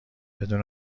بدون